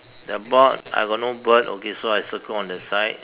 the board I got no bird okay so I circle on the side